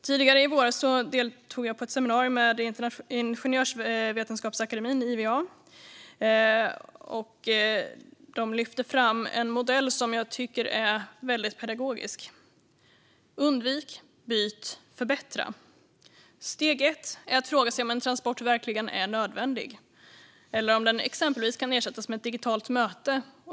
Tidigare i våras deltog jag i ett seminarium vid Iva, Ingenjörsvetenskapsakademien, där man lyfte fram en modell som jag tycker är väldigt pedagogisk. Den lyder: Undvik, byt, förbättra! Steg ett är att fråga sig om en transport verkligen är nödvändig eller om den exempelvis kan ersättas med ett digitalt möte.